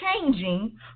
changing